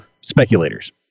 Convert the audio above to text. speculators